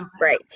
right